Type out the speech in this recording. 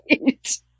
Right